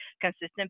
consistent